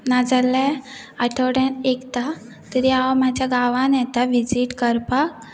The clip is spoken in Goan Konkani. नाजाल्या आठवड्यान एकदां तरी हांव म्हाज्या गांवान येता विजीट करपाक